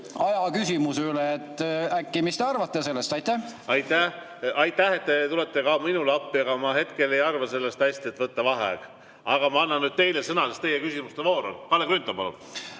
aja küsimuses äkki. Mis te arvate sellest? Aitäh, et te tulete ka minule appi! Aga ma hetkel ei arva sellest hästi, et võtta vaheaeg. Aga ma annan nüüd teile sõna, sest teie küsimus on. Kalle Grünthal,